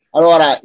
Allora